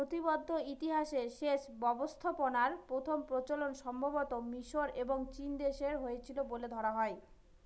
নথিবদ্ধ ইতিহাসে সেচ ব্যবস্থাপনার প্রথম প্রচলন সম্ভবতঃ মিশর এবং চীনদেশে হয়েছিল বলে ধরা হয়